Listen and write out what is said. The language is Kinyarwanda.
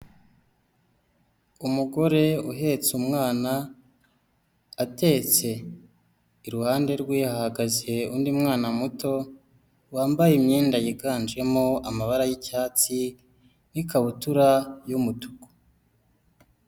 Umugore uhetse umwana, atetse, iruhande rwe hahagaze undi mwana muto wambaye imyenda yiganjemo amabara y'icyatsi n'ikabutura y'umutuku.